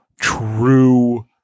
true